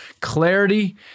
clarity